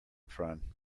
from